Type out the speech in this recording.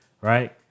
right